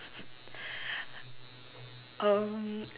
um